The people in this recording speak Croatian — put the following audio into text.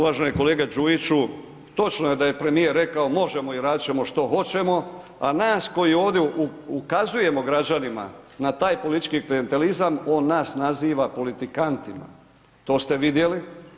Uvaženi kolega Đujiću, točno je da je premijer rekao možemo i radit ćemo što hoćemo, a nas koji ovdje ukazujemo građanima na taj politički klijentelizam, on nas naziva politikantima, to ste vidjeli.